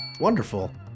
Wonderful